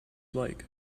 like